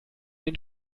den